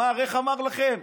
איך אמר לכם?